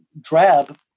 drab